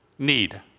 need